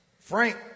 Frank